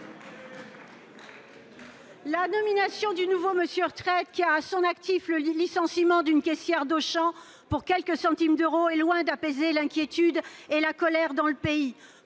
la nomination du nouveau « M. Retraites », qui a à son actif le licenciement d'une caissière d'Auchan pour quelques centimes d'euros, est loin d'apaiser l'inquiétude et la colère dans le pays.